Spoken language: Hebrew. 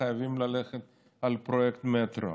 חייבים ללכת על פרויקט המטרו.